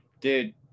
dude